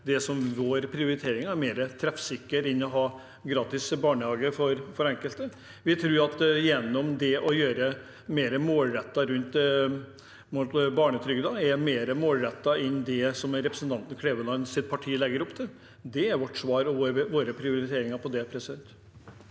at våre prioriteringer er mer treffsikre enn å ha gratis barnehage for enkelte. Vi tror at å gjøre mer gjennom barnetrygden er mer målrettet enn det representanten Klevelands parti legger opp til. Det er vårt svar og våre prioriteringer på det. Erlend